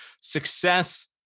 success